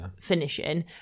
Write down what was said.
finishing